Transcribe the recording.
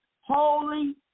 holy